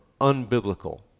unbiblical